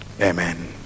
Amen